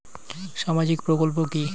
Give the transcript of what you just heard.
সামাজিক প্রকল্প কি?